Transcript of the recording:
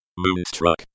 Moonstruck